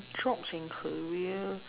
jobs and career